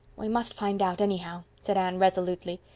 we must find out anyhow, said anne resolutely.